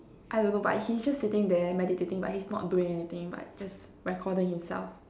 I don't know but he's just sitting there meditating but he's not doing anything but just recording himself